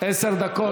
עשר דקות.